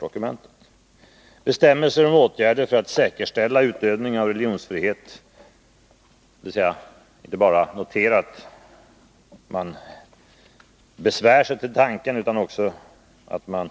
Det gäller bestämmelser om åtgärder för att säkerställa utövning av religionsfrihet, dvs. att inte bara notera att man besvär sig till tanken, utan också att man